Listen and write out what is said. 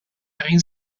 egin